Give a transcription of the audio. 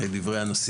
דברי הנשיא